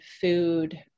food